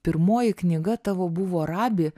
pirmoji knyga tavo buvo rabi